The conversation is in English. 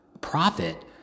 profit